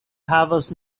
havas